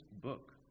book